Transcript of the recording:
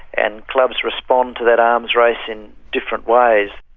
and clubs respond to that arms race in different ways.